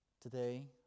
Today